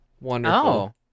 Wonderful